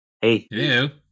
hey